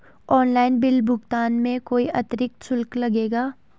Online bill भुगतान में कोई अतिरिक्त शुल्क लगेगा?